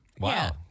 Wow